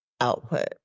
output